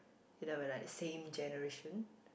they were like same generation